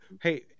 Hey